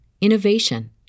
innovation